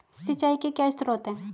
सिंचाई के क्या स्रोत हैं?